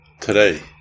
today